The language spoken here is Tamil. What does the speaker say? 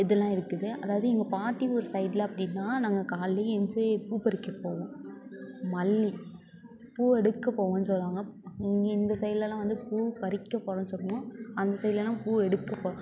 இதெல்லாம் இருக்குது அதாவது எங்கள் பாட்டி ஊர் சைடில் அப்படின்னா நாங்கள் கால்லையே ஏஞ்சி பூ பறிக்கப் போவோம் மல்லி பூ எடுக்க போவேன்னு சொல்வாங்க எங்கள் இந்த சைட்ல எல்லாம் வந்து பூ பறிக்க போகறேன்னு சொல்லுவோம் அந்த சைட்ல எல்லாம் பூ எடுக்கப் போகறோம்